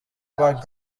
بانک